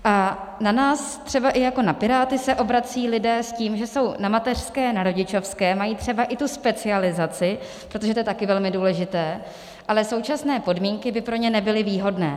A na nás třeba i jako na Piráty se obracejí lidé s tím, že jsou na mateřské, na rodičovské, mají třeba i tu specializaci, protože to je taky velmi důležité, ale současné podmínky by pro ně nebyly výhodné.